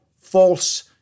false